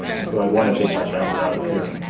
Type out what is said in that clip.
and so i'd want to take my family out of here.